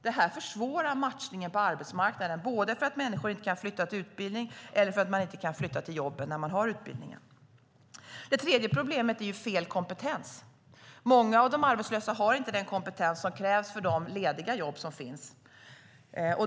Det här försvårar matchningen på arbetsmarknaden. Människor kan inte flytta till utbildningen, och människor kan inte flytta till jobben när de har utbildningen. Det tredje problemet gäller fel kompetens. Många av de arbetslösa har inte den kompetens som krävs för de lediga jobb som finns.